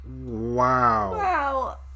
Wow